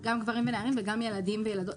גם גברים ונערים וגם ילדים וילדות,